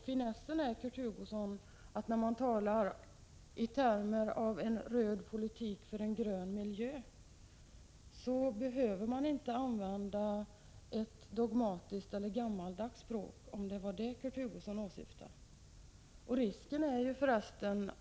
Finessen är, Kurt Hugosson, att när man talar i termer som en röd politik för en grön miljö, behöver man inte — som Kurt Hugosson möjligen åsyftade — använda ett dogmatiskt eller gammaldags språk.